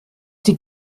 die